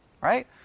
right